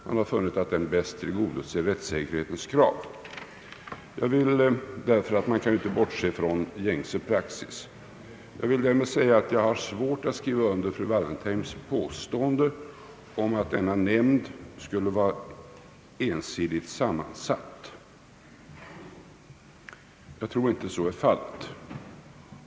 Man har funnit att den bäst tillgodoser rättssäkerhetens krav. Jag tror därför att man i detta sammanhang inte skall bortse från gängse praxis. Jag har svårt att skriva under fru Wallentheims påstående att denna nämnd skulle vara ensidigt sammansatt. Jag tror inte så är fallet.